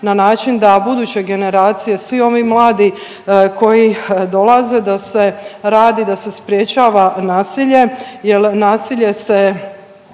na način da buduće generacije, svi ovi mladi koji dolaze da se radi, da se sprječava nasilje jer nasilje se